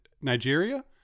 Nigeria